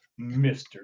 Mr